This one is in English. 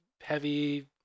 heavy